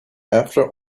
after